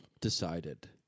decided